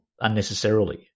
unnecessarily